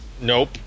Nope